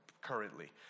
currently